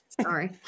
Sorry